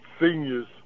seniors